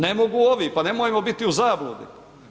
Ne mogu ovi, pa nemojmo biti u zabludi.